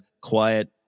quiet